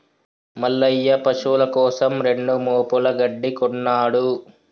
మల్లయ్య పశువుల కోసం రెండు మోపుల గడ్డి కొన్నడు